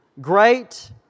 Great